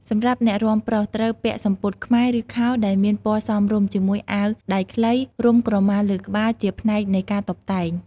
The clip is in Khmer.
សម្រាប់អ្នករាំប្រុស ត្រូវពាក់សំពត់ខ្មែរ ឬ ខោដែលមានពណ៌សមរម្យ ជាមួយអាវដៃខ្លី រុំក្រម៉ាលើក្បាល ជាផ្នែកនៃការតុបតែង។